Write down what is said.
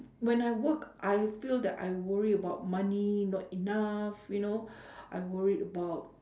when I work I feel that I worry about money not enough you know I worried about